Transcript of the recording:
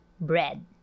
bread